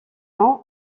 nom